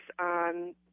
on